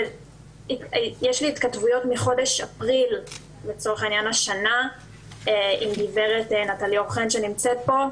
יש לי התכתבויות מחודש אפריל עם גברת נטלי אור חן שנמצאת פה,